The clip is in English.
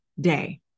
day